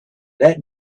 that